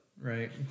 Right